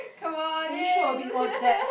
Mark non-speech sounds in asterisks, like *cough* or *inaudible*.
*breath* can you show a bit more depth